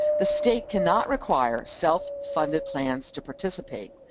the state cannot require self-funded plans to participate.